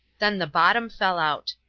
then the bottom fell out.